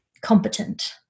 competent